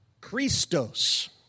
Christos